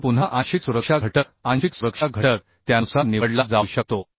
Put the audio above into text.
मग पुन्हा आंशिक सुरक्षा घटक आंशिक सुरक्षा घटक त्यानुसार निवडला जाऊ शकतो